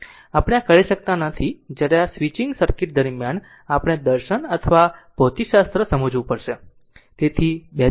આપણે આ કરી શકતા નથી જ્યારે આ સ્વિચિંગ સર્કિટ દરમિયાન આપણે દર્શન અથવા ભૌતિકશાસ્ત્ર સમજવું પડશે